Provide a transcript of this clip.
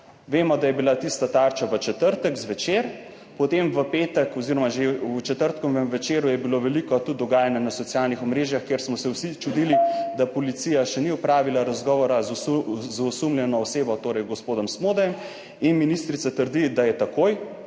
Vemo, da je bila tista Tarča v četrtek zvečer, potem v petek oziroma že v četrtkovem večeru je bilo veliko tudi dogajanja na socialnih omrežjih, kjer smo se vsi čudili, da policija še ni opravila razgovora z osumljeno osebo, torej gospodom Smodejem in ministrica trdi, da je takoj,